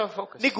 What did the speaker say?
focus